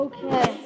Okay